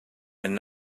and